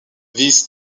this